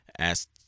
asked